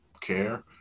care